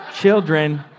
children